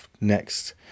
next